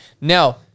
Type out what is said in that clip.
Now